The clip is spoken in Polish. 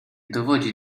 dowodzi